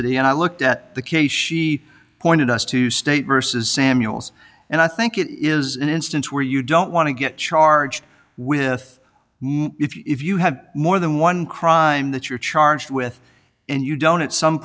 duplicity and i looked at the case she pointed us to state versus samuels and i think it is an instance where you don't want to get charged with if you have more than one crime that you're charged with and you don't at some